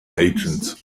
agents